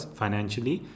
financially